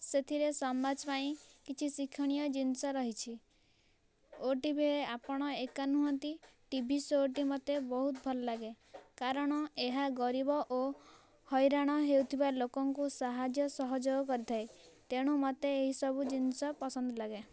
ସେଥିରେ ସମାଜ ପାଇଁ କିଛି ଶିକ୍ଷଣୀୟ ଜିନିଷ ରହିଛି ଓଟିଭିରେ ଆପଣ ଏକା ନୁହନ୍ତି ଟିଭି ଶୋ ଟି ମୋତେ ବହୁତ ଭଲ ଲାଗେ କାରଣ ଏହା ଗରିବ ଓ ହଇରାଣ ହେଉଥିବା ଲୋକଙ୍କୁ ସାହାଯ୍ୟ ସହଯୋଗ କରିଥାଏ ତେଣୁ ମୋତେ ଏହିସବୁ ଜିନିଷ ପସନ୍ଦ ଲାଗେ